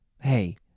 hey